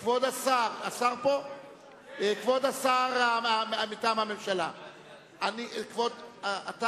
כבוד השר מטעם הממשלה, סגן השר.